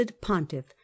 pontiff